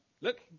Look